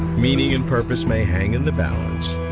meaning and purpose may hang in the balance,